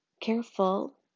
careful